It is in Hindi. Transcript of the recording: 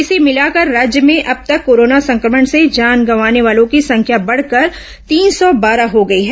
इसे मिलाकर राज्य में अब तक कोरोना संक्रमण से जान गंवाने वालों की संख्या बढ़कर तीन सौ बारह हो गई है